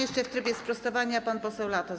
Jeszcze w trybie sprostowania pan poseł Latos.